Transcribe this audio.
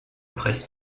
presse